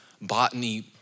botany